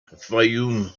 fayoum